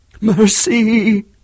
Mercy